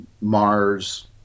Mars